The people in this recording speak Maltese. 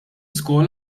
skola